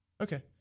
Okay